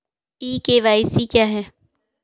ई KYC क्या है?